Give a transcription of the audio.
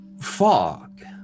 fog